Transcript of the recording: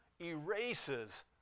erases